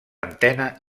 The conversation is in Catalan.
antena